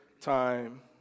time